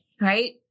Right